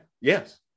Yes